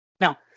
Now